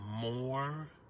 More